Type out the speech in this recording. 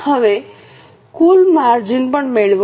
હવે કુલ માર્જિન પણ મેળવો